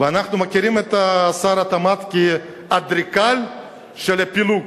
אנחנו מכירים את שר התמ"ת כאדריכל של הפילוג.